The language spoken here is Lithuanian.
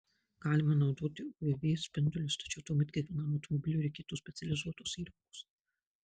galima naudoti uv spindulius tačiau tuomet kiekvienam automobiliui reikėtų specializuotos įrangos